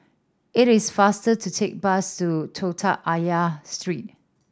it is faster to take bus to Telok Ayer Street